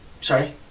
Sorry